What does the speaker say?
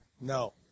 No